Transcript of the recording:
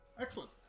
Excellent